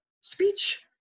speech